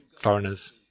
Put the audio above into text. foreigners